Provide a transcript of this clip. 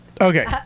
Okay